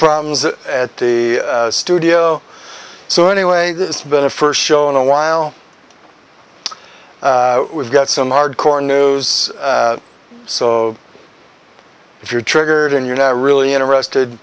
problems at the studio so anyway it's been a first show in a while we've got some hardcore new so if you're triggered and you're not really interested